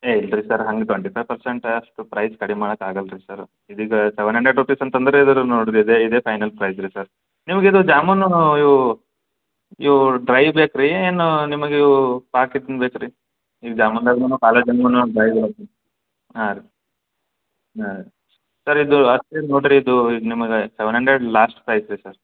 ಏ ಇಲ್ಲರಿ ಸರ್ ಹಂಗೆ ಟ್ವೆಂಟಿ ಫೈವ್ ಪರ್ಸೆಂಟ್ ಅಷ್ಟು ಪ್ರೈಸ್ ಕಡಿಮೆ ಮಾಡಕ್ಕೆ ಆಗಲ್ಲ ರೀ ಸರ್ ಇದಿದ ಸೆವೆನ್ ಹಂಡ್ರೆಡ್ ರುಪೀಸ್ ಅಂತಂದರೆ ಇದರ ನೋಡಿರಿ ಇದೇ ಇದೇ ಫೈನಲ್ ಪ್ರೈಸ್ ರೀ ಸರ್ ನಿಮ್ಗೆ ಇದು ಜಾಮೂನು ಇವು ಇವು ಡ್ರೈ ಬೇಕು ರೀ ಏನು ನಿಮ್ಗೆ ಇವು ಪಾಕಿದ್ದಿನ ಬೇಕು ರೀ ಇವು ಜಾಮೂನ್ದಾಗನೂ ಕಾಲಾ ಜಾಮೂನು ಡ್ರೈ ಬರುತ್ರಿ ಹಾಂ ರೀ ಹಾಂ ರೀ ಸರ್ ಇದು ಹಾಕ್ತಿನಿ ನೋಡಿರಿ ಇದು ನಿಮ್ಗೆ ಸೆವೆನ್ ಹಂಡ್ರೆಡ್ ಲಾಶ್ಟ್ ಪ್ರೈಸ್ ರೀ ಸರ್